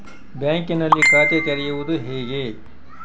ಬ್ಯಾಂಕಿನಲ್ಲಿ ಖಾತೆ ತೆರೆಯುವುದು ಹೇಗೆ?